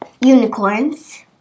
Unicorns